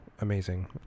amazing